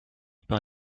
par